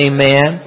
Amen